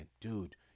dude